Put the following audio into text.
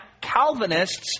Calvinists